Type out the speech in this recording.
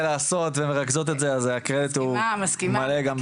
לעשות ומרכזות את זה אז הקרדיט הוא מלא גם עבורם.